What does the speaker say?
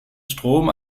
strom